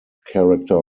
character